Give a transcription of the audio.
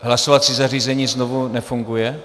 Hlasovací zařízení znovu nefunguje?